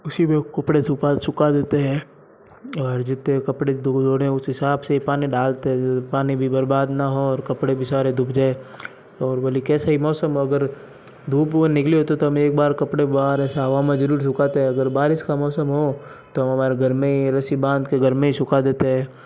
उसी में कपड़े सूपा सूखा देते हैं और जितने कपड़े धोने है उस हिसाब से पानी डालते हुए पानी भी बरबाद ना हो और कपड़े भी सारे धूप जाए और भले कैसा ही मौसम हो अगर धूप अगर निकली होती तो हम एक बार कपड़े बाहर या ऐसे हवा में ज़रूर सुखाते अगर बारिश का मौसम हो तो हमारे घर में ही रस्सी बांध के घर में ही सूखा देते हैं